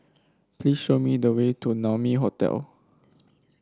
please show me the way to Naumi Hotel